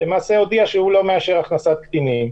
למעשה הודיע שהוא לא מאשר הכנסת קטינים.